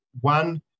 one